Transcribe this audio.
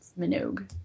minogue